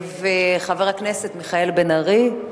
חבר הכנסת בן-ארי,